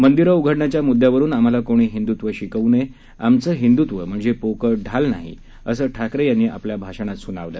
मंदिरं उघडण्याच्या मुद्यावरून आम्हाला कोणी हिंदूत्व शिकवू नये आमचं हिंदूत्व म्हणजे पोकळ ढोल नाही असंही ठाकरे यांनी आपल्या भाषणात सुनावलं